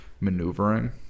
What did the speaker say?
maneuvering